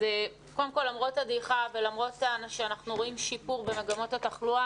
אז קודם כל למרות הדעיכה ולמרות שאנחנו רואים שיפור במגמות התחלואה,